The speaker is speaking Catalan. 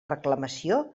reclamació